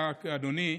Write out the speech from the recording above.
אדוני.